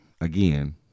again